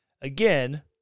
Again